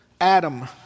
Adam